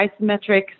isometric